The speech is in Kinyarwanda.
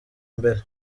mbere